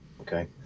Okay